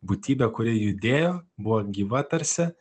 būtybė kuri judėjo buvo gyva tarsi